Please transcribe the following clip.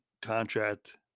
contract